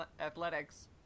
athletics